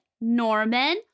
Norman